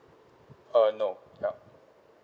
uh no no